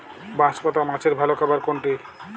বাঁশপাতা মাছের ভালো খাবার কোনটি?